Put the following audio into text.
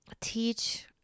teach